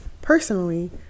personally